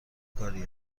کاری